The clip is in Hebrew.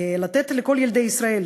לתת לכל ילדי ישראל,